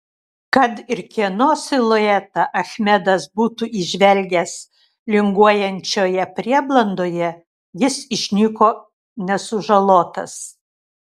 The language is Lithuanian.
kad ir kieno siluetą achmedas būtų įžvelgęs linguojančioje prieblandoje jis išnyko nesužalotas